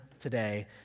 today